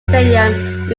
stadium